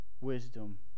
wisdom